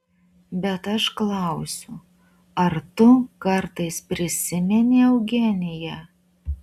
bet aš klausiu ar tu kartais prisimeni eugeniją